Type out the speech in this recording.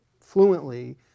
fluently